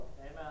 Amen